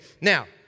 Now